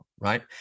right